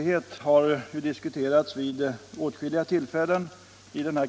Herr talman!